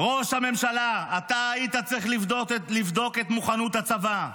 "ראש הממשלה, אתה היית צריך לבדוק את מוכנות הצבא,